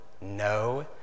no